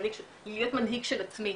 ולהיות מנהיג של עצמי.